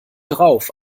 drauf